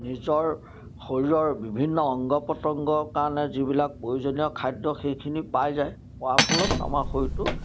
নিজৰ শৰীৰৰ বিভিন্ন অংগ প্ৰতংগৰ কাৰণে যিবিলাক প্ৰয়োজনীয় খাদ্য সেইখিনি পাই যায় পোৱাৰ ফলত আমাৰ শৰীৰটো